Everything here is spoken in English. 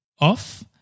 off